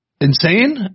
insane